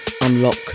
Unlock